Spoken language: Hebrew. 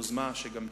יוזמה שגם כן,